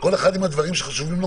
כל אחד עם הדברים שחשובים לו,